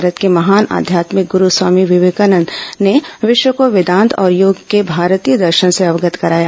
भारत के महान आध्यात्मिक गुरु स्वामी विवेकानंद ने विश्व को वेदांत और योग के भारतीय दर्शन से अवगत कराया